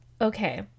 Okay